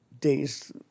days